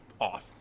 off